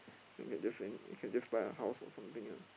then you can just any you can just buy a house or something ah